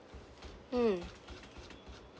mm